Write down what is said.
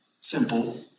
simple